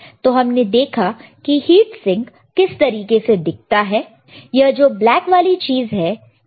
तो हमने देखा कि हिट सिंक किस तरीके से दिखता है यह जो ब्लैक वाली चीज है यह हीट सिंक है